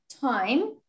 time